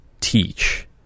teach